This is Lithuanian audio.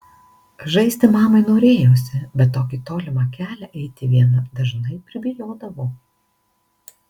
žaisti mamai norėjosi bet tokį tolimą kelią eiti viena dažnai pribijodavo